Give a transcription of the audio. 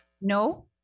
No